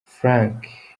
frank